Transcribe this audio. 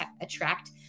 attract